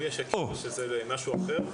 אם יש היכר שזה משהו אחר,